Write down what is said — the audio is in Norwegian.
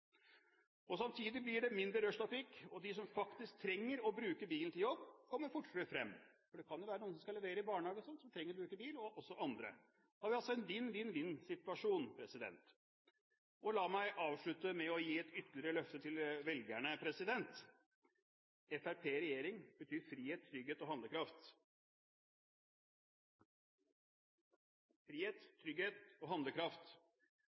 selv. Samtidig blir det mindre rushtrafikk. De som faktisk trenger å bruke bilen til jobb, kommer fortere frem. Det kan jo være noen som skal levere i barnehage, som trenger å bruke bil, og også andre. Da har vi altså en vinn-vinn-vinn-situasjon. La meg avslutte med å gi et ytterligere løfte til velgerne: Fremskrittspartiet i regjering betyr frihet, trygghet og handlekraft. Da kan velgerne ta friheten sin tilbake, fatte valgfrihet når vi får skattelette og